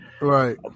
right